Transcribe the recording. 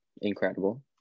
incredible